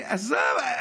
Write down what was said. עזוב.